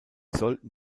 sollten